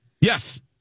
Yes